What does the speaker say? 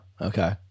okay